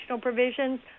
provisions